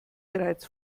bereits